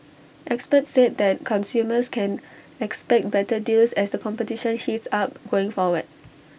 experts said that consumers can expect better deals as the competition heats up going forward